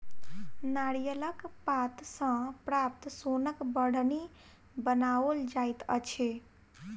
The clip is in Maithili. नारियलक पात सॅ प्राप्त सोनक बाढ़नि बनाओल जाइत अछि